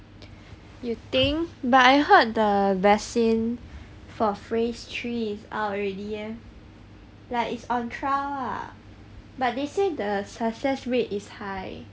you thing but I heard the vaccine for phrase three is out already eh like it's on trial lah but they said the success rate is high